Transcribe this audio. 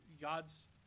God's